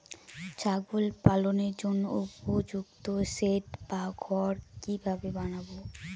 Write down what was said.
ছাগল পালনের জন্য উপযুক্ত সেড বা ঘর কিভাবে বানাবো?